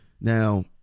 Now